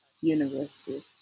University